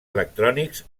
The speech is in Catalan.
electrònics